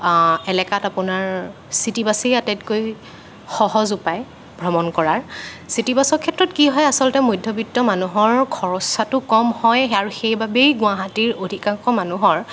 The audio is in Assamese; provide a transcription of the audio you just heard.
এলেকাত আপোনাৰ চিটিবাছেই আটাইতকৈ সহজ উপায় ভ্ৰমণ কৰাৰ চিটিবাছঅ ক্ষেত্ৰত কি হয় আচলতে মধ্যবিত্ত মানুহৰ খৰচাটো কম হয় আৰু সেইবাবেই গুৱাহাটীৰ অধিকাংশ মানুহৰ